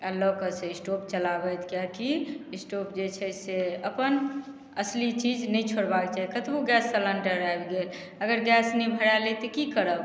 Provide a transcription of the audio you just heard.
आओर लए के से स्टोव चलाबथि किएक कि स्टोव जे छै से अपन असली चीज नहि छोड़बाके चाही कतबो गैस सिलिण्डर आबि गेल अगर गैस नहि भरल अइ तऽ की करब